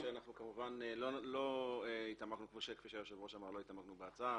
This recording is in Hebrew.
כמו שהיושב-ראש אמר, לא התעמקנו בהצעה.